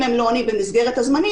אם הם לא עונים במסגרת הזמנים,